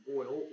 oil